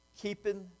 keeping